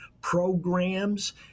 programs